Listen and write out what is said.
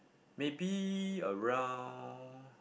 maybe around